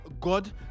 God